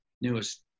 newest